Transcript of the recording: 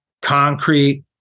concrete